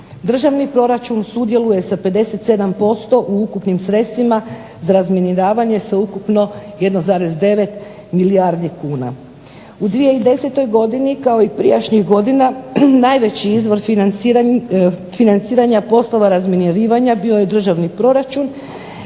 Državni proračun sudjeluje sa 57% u ukupnim sredstvima za razminiravanje sa ukupno 1,9 milijardi kuna. U 2010. godini kao i prijašnjih godina najveći izvor financiranja poslova razminirivanja bio je državni proračun,